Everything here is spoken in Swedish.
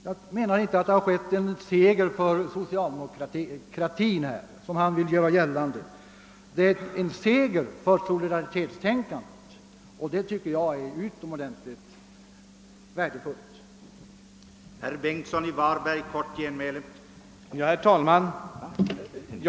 Jag anser inte att vad som hänt — så som man här velat göra gällande — inneburit en seger för socialdemokratin; det har varit en seger för solidaritetstänkandet och det tycker jag är utomordentligt värdefullt.